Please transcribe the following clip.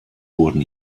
wurden